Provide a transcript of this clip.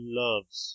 loves